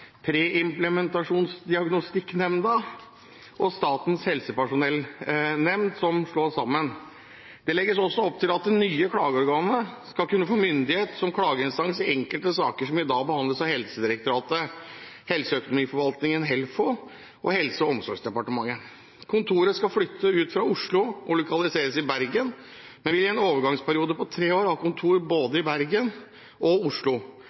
Preimplantasjonsdiagnostikknemnda og Statens helsepersonellnemnd som slås sammen. Det legges også opp til at det nye klageorganet skal kunne få myndighet som klageinstans i enkelte saker som i dag behandles av Helsedirektoratet, Helseøkonomiforvaltningen – HELFO – og Helse- og omsorgsdepartementet. Kontoret skal flytte ut fra Oslo og lokaliseres i Bergen. Det vil i en overgangsperiode på tre år ha kontor i både Bergen og Oslo.